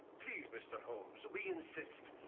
please mr. holmes we insist.